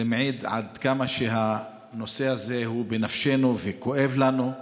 זה מעיד עד כמה הנושא הזה בנפשנו והוא כואב לנו.